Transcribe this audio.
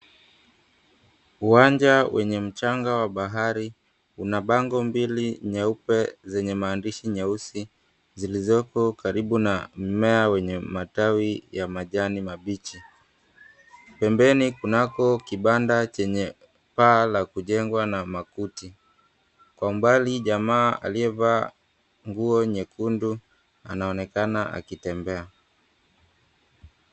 Uwanja wenye mchanga wa bahari una bango mbili nyeupe zenye maandishi nyeusi zilizoko karibu na mmea wenye matawi ya majani mabichi. Pembeni kunako kibanda chenye paa la kujengwa na makuti. Kwa umbali jamaa aliyevaa nguo nyekundu anaonekana akitembea.